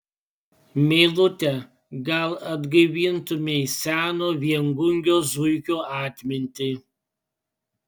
meilute gal atgaivintumei seno viengungio zuikio atmintį